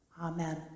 Amen